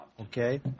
Okay